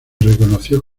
reconoció